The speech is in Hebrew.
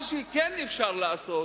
מה שכן אפשר לעשות